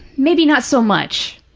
maybe not so much.